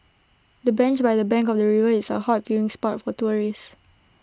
the bench by the bank of the river is A hot viewing spot for tourists